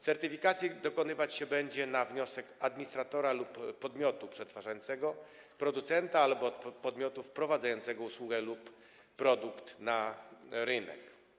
Certyfikacji dokonywać się będzie na wniosek administratora lub podmiotu przetwarzającego, producenta albo podmiotu wprowadzającego usługę lub produkt na rynek.